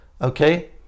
okay